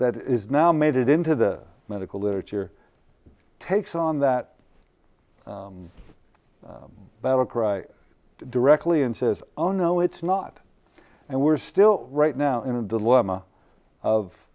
that is now made it into the medical literature takes on that battle cry directly and says oh no it's not and we're still right now in a dilemma of